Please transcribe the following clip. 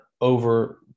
over